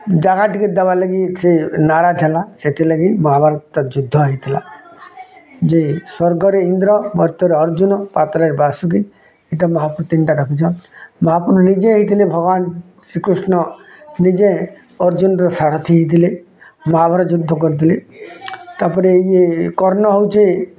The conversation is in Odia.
ଜାଗା ଟିକେ ଦବାର୍ ଲାଗି ସେ ନାରାଜ୍ ହେଲା ସେଥିର୍ ଲାଗି ମହାଭାରତ୍ଟା ଯୁଦ୍ଧ ହୋଇଥିଲା ଯେ ସ୍ଵର୍ଗରେ ଇନ୍ଦ୍ର ମର୍ତ୍ତ୍ୟରେ ଅର୍ଜ୍ଜୁନ ପାତ୍ରେ ବାସୁକି ଏଇଟା ମହାପ୍ରଭୁ ତିନିଟା ରଖିଛନ୍ ମହାପ୍ରଭୁ ନିଜେ ହେଇଥିଲେ ଭଗବାନ ଶ୍ରୀକୃଷ୍ଣ ନିଜେ ଅର୍ଜ୍ଜୁନର୍ ସାରଥି ହୋଇଥିଲେ ମହାଭାରତ୍ ଯୁଦ୍ଧ କରିଥିଲେ ତାପରେ ଇଏ କର୍ଣ୍ଣ ହେଉଛି